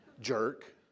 jerk